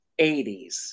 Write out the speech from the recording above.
80s